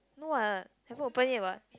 no what haven't open yet what